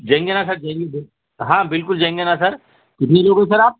جائیں گے نا سر ہاں بالک جائیں گے نا سر کتنے لوگ ہو سر آپ